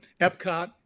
epcot